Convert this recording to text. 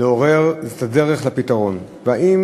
לעורר דרכה את הדרך לפתרון היא: האם